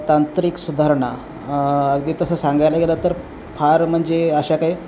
तांत्रिक सुधारणा अगदी तसं सांगायला गेलं तर फार म्हणजे अशा काही